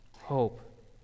hope